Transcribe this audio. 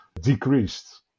decreased